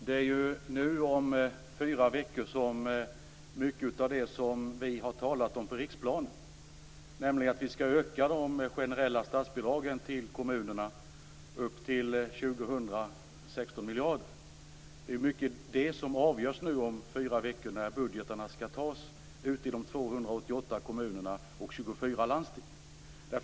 Fru talman! Mycket av det som vi har talat om på riksplanet, nämligen att vi skall öka de generella statsbidragen till kommunerna fram till år 2000 med 16 miljarder kronor, skall nu om fyra veckor avgöras när budgetarna skall antas ute i de 288 kommunerna och 24 landstingen.